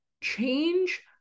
change